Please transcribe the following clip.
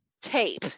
tape